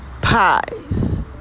pies